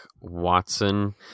Watson